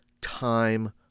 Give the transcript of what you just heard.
time